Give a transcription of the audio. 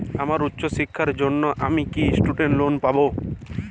আমার উচ্চ শিক্ষার জন্য আমি কি স্টুডেন্ট লোন পাবো